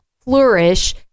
flourish